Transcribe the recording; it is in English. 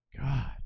God